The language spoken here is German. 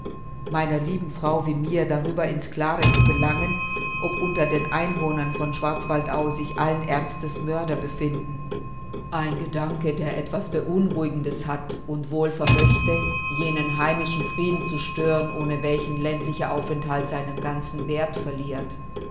meiner lieben frau wie mir darüber in's klare zu gelangen ob unter den einwohnern von schwarzwaldau sich allen ernstes mörder befinden ein gedanke der etwas beunruhigendes hat und wohl vermöchte jenen heimischen frieden zu stören ohne welchen ländlicher aufenthalt seinen ganzen werth verliert